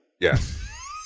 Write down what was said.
Yes